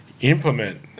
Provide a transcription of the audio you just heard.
implement